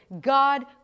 God